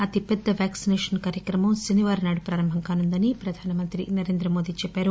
అతిపెద్ద వ్యాక్సినేషస్ కార్యక్రమం శనివారం నాడు ప్రారంభం కానుందని ప్రధానమంత్రి నరేంద్ర మోదీ చెప్పారు